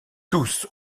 tous